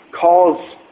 calls